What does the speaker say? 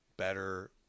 better